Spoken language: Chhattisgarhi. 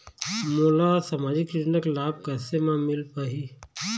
मोला सामाजिक योजना के लाभ कैसे म मिल पाही?